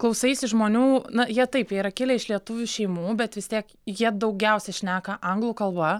klausaisi žmonių na jie taip jie yra kilę iš lietuvių šeimų bet vis tiek jie daugiausia šneka anglų kalba